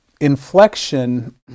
Inflection